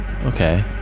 Okay